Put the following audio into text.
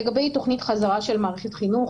לגבי תכנית החזרה של מערכת החינוך.